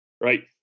Right